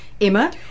Emma